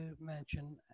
mention